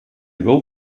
will